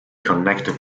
connected